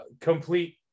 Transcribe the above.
complete